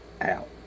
out